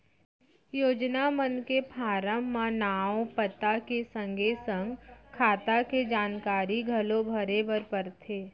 योजना मन के फारम म नांव, पता के संगे संग खाता के जानकारी घलौ भरे बर परथे